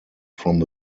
from